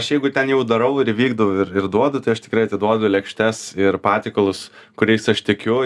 aš jeigu ten jau darau ir vykdau ir ir duodu tai aš tikrai atiduodu lėkštes ir patiekalus kuriais aš tikiu